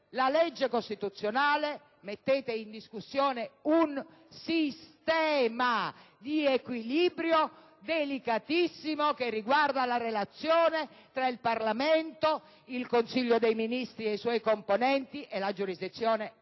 la legge costituzionale e un sistema di equilibrio delicatissimo che riguarda la relazione tra il Parlamento, il Consiglio dei ministri e i suoi componenti e la giurisdizione ordinaria.